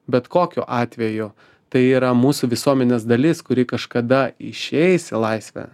bet kokiu atveju tai yra mūsų visuomenės dalis kuri kažkada išeis į laisvę